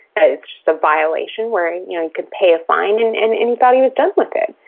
and it's just a violation were you can pay a fine and and and he thought he was done with it.